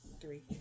Three